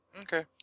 Okay